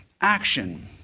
action